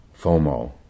FOMO